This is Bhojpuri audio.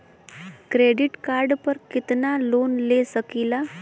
क्रेडिट कार्ड पर कितनालोन ले सकीला?